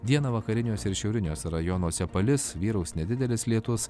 dieną vakariniuose ir šiauriniuose rajonuose palis vyraus nedidelis lietus